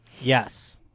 Yes